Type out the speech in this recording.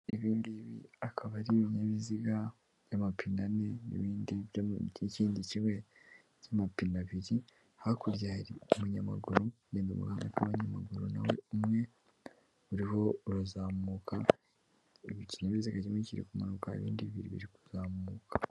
Ibingibi akaba ari ibinyabiziga by'amapinane ane nibindi by'ikindi kimwe by'amapina abiri. Hakurya hari umunyamagurugenda mu gahanda k'abanyamaguru, umwe muri bo urazamuka ikinyabiziga bikira kumanuka ibindi bibiri biri kuzamuka.